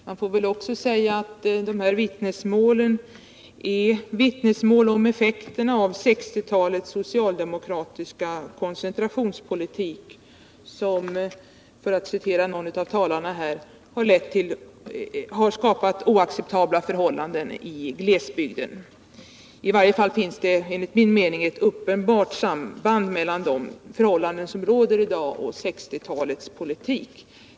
Man får väl också säga att vittnesmålen är bevis på effekter av 1960-talets socialdemokratiska koncentrationspolitik som har skapat, för att citera någon av talarna här, oacceptabla förhållanden i glesbygden. I varje fall finns det enligt min mening ett uppenbart samband mellan de förhållanden som råder där i dag och 1960-talets politik.